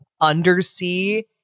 undersea